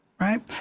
right